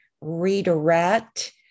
redirect